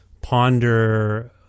ponder